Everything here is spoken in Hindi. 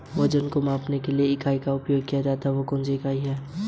मैं कैसे देख सकती हूँ कि मैं सामाजिक सहायता प्राप्त करने के योग्य हूँ या नहीं?